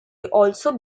also